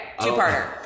Two-parter